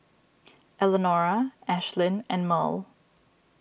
Elenora Ashlynn and Murl